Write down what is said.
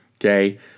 Okay